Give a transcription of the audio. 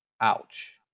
Ouch